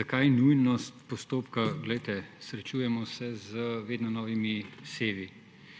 Zakaj nujnost postopka? Glejte, srečujemo se z vedno novimi sevi